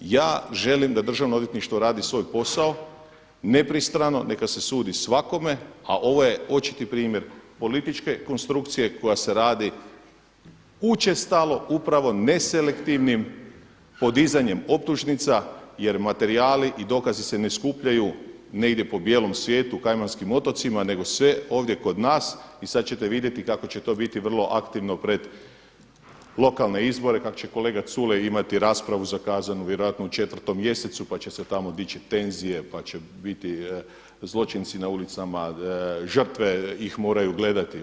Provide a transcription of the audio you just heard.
Ja želim da državno odvjetništvo radi svoj posao, nepristrano, neka se sudi svakome a ovo je očiti primjer političke konstrukcije koja se radi učestalo, upravo neselektivnim podizanjem optužnica jer materijali i dokazi se ne skupljaju negdje po bijelom svijetu Kanarskim otocima nego sve ovdje kod nas i sada ćete vidjeti kako će to biti vrlo aktivno pred lokalne izbore kako će kolega Culej imati raspravu zakazanu, vjerojatno u 4. mjesecu pa će se tamo dići tenzije pa će biti zločinci na ulicama, žrtve ih moraju gledati.